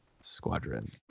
Squadron